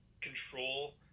control